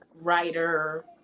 writer